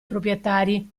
proprietari